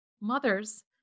mothers